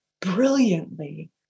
brilliantly